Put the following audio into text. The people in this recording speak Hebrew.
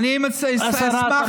כנסת.